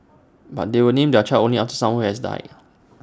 but they will name their child only after someone who has died